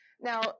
Now